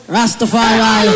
Rastafari